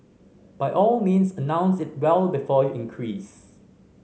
by all means announce it well before you increase